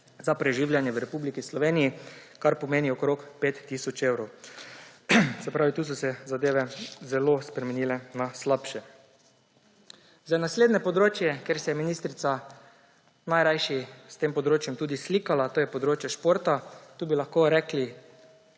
za preživljanje v Republiki Sloveniji, kar pomeni okrog 5 tisoč evrov. Se pravi, tu so se zadeve zelo spremenile na slabše. Naslednje področje, ministrica se je najrajši v zvezi s tem področjem slikala, je področje športa. Tukaj bi lahko rekli